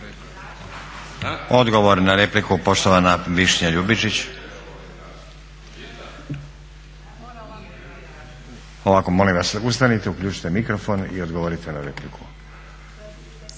Odgovor na repliku poštovana Višnja Ljubičić. …/Upadica se ne čuje./… Ovako molim vas, uključite mikrofon i odgovorite na repliku.